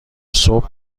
صبح